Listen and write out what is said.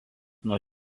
nuo